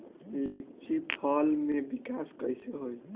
लीची फल में विकास कइसे होई?